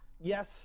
Yes